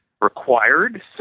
required